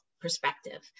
perspective